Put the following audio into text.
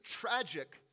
tragic